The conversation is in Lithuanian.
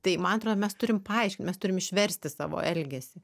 tai man atro mes turim paaiškint mes turim išversti savo elgesį